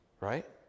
right